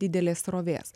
didelės srovės